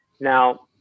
Now